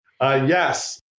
Yes